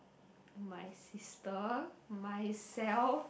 my sister myself